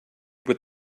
would